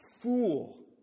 Fool